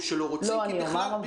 הדיון עכשיו.